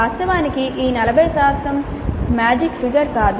వాస్తవానికి ఈ 40 magic figure కాదు